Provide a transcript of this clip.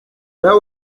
there